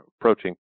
approaching